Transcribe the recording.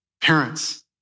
Parents